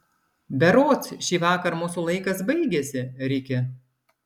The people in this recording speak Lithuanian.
berods šįvakar mūsų laikas baigiasi riki